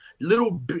little